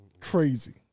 Crazy